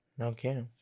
Okay